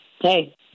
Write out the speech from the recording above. hey